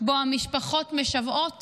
שבו המשפחות משוועות